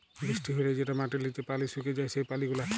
বৃষ্টি হ্যলে যেটা মাটির লিচে পালি সুকে যায় সেই পালি গুলা